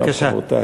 בבקשה.